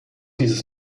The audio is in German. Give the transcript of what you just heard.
dieses